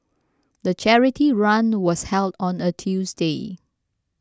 the charity run was held on a Tuesday